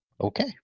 Okay